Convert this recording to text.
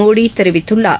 மோடி தெரிவித்துள்ளார்